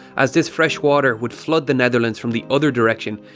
as this fresh water would flood the netherlands from the other direction,